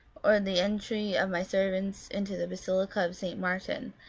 or the entry of my servants into the basilica of st martin,